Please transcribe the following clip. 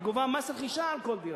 היא גובה מס רכישה על כל דירה,